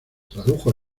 tradujo